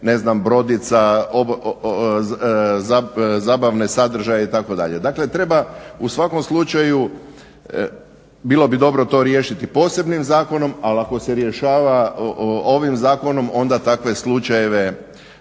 ne znam brodica, zabavne sadržaje itd. dakle treba u svakom slučaju bilo bi dobro to riješiti posebnim zakonom, ali ako se rješava ovim zakonom onda takve slučajeve